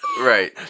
Right